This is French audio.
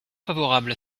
favorable